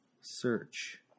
Search